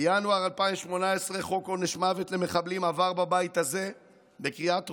בינואר 2018 חוק עונש מוות למחבלים עבר בבית הזה בקריאה טרומית.